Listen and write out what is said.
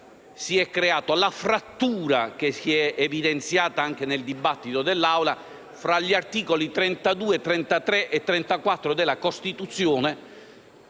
si è creato e la frattura che si è evidenziata anche nel dibattito dell'Assemblea con gli articoli 32, 33 e 34 della Costituzione,